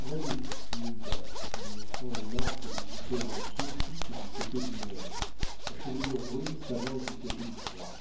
voyez dit uncas en montrant les marques de différents pieds toutes du côté du nord la chevelure brune s'avance du côté du froid